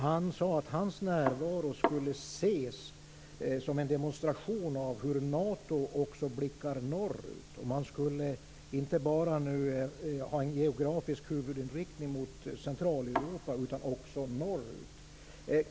Han sade att hans närvaro skulle ses som en demonstation av hur Nato också blickar norrut. Man skulle inte bara ha en geografisk huvudinriktning mot Centraleuropa utan också norrut.